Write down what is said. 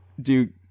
dude